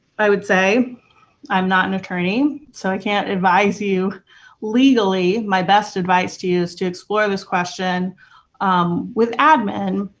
i would say i'm not an attorney, so i can't advise you legally. my best advice to you is to explore this question with admin,